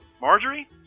Marjorie